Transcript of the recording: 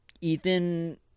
Ethan